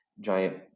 giant